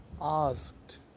asked